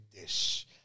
dish